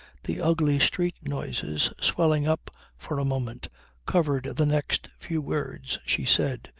the ugly street-noises swelling up for a moment covered the next few words she said.